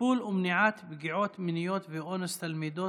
טיפול ומניעת פגיעות מיניות ואונס תלמידות